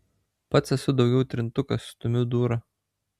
pats esu daugiau trintukas stumiu dūrą